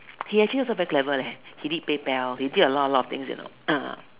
he actually also very clever leh he did pay pal he did a lot a lot of things you know uh